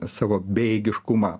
savo bejėgiškumą